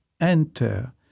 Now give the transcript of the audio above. enter